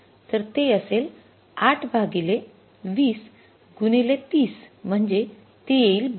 तर ते असेल ८ भागिले २० गुणिले ३० म्हणजे ते येईल १२